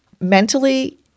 mentally